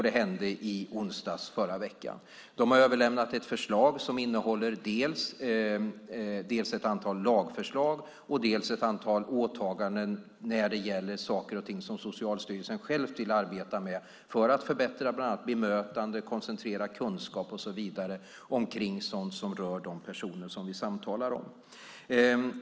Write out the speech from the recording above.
Det hände i onsdags förra veckan. De har överlämnat ett förslag som innehåller dels ett antal lagförslag, dels ett antal åtaganden när det gäller saker och ting som Socialstyrelsen själv vill arbeta med för att bland annat förbättra bemötandet, koncentrera kunskap och så vidare omkring sådant som rör de personer som vi samtalar om.